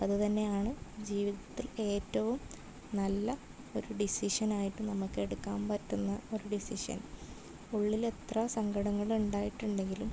അതുതന്നെയാണ് ജീവിതത്തിൽ ഏറ്റവും നല്ല ഒരു ഡിസിഷൻ ആയിട്ട് നമുക്കെടുക്കാൻ പറ്റുന്ന ഒരു ഡിസിഷൻ ഉള്ളിലെത്ര സങ്കടങ്ങളുണ്ടായിട്ടുണ്ടെങ്കിലും